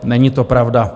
Není to pravda.